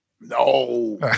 No